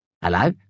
Hello